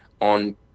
on